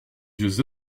vieux